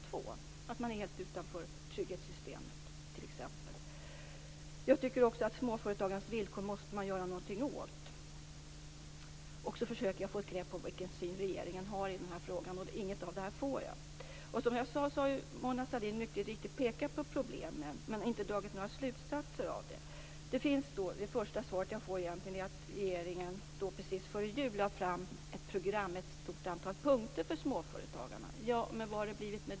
Man ställs t.ex. helt utanför trygghetssystemet. Jag tycker att man måste göra någonting åt småföretagens villkor. Också försöker jag få ett grepp om vilken syn regeringen har i denna fråga. Inget av det får jag. Som jag sade har Mona Sahlin mycket riktigt pekat på problemen men inte dragit några slutsatser. Det första svar jag får är att regeringen precis före jul lagt fram ett program med ett antal punkter för småföretagarna. Men vad har blivit av det?